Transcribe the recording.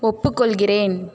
ஒப்புக்கொள்கிறேன்